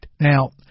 Now